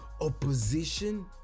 opposition